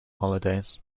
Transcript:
holidays